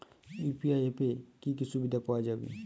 UPI অ্যাপে কি কি সুবিধা পাওয়া যাবে?